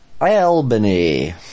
Albany